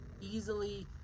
easily